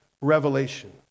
Revelation